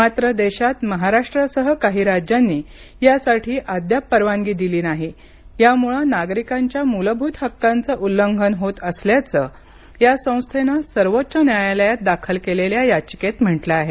मात्र देशात महाराष्ट्रासह काही राज्यांनी यासाठी अद्याप परवानगी दिली नाही यामुळे नागरिकांच्या मूलभूत हक्कांचं उल्लंघन होत असल्याचं या संस्थेन सर्वोच्च न्यायालयात दाखल केलेल्या याचिकेत म्हटलं आहे